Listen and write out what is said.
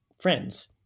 friends